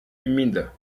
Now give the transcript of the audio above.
humides